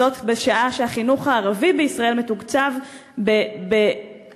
שעה שהחינוך הערבי בישראל מתוקצב בפירורים